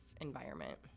environment